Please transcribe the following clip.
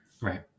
Right